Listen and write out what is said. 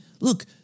look